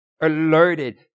alerted